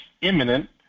imminent